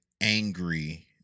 angry